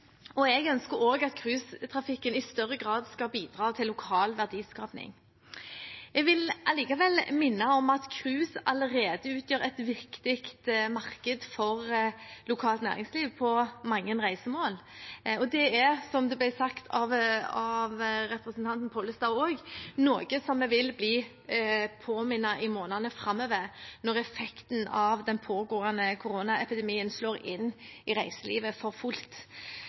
og jeg ønsker også at cruisetrafikken i større grad skal bidra til lokal verdiskaping. Jeg vil allikevel minne om at cruise allerede utgjør et viktig marked for lokalt næringsliv på mange reisemål, og det er – som det også ble sagt av representanten Pollestad – noe vi vil bli minnet på i månedene framover, når effekten av den pågående koronaepidemien slår inn i reiselivet for fullt.